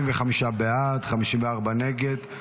45 בעד, 54 נגד.